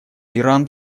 иран